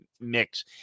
mix